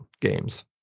games